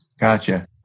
Gotcha